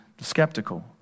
Skeptical